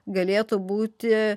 galėtų būti